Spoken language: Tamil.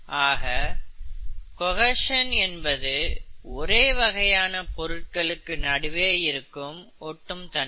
ஆக கொஹேஷன் என்பது ஒரே வகையான பொருட்களுக்கு நடுவே இருக்கும் ஒட்டும் தன்மை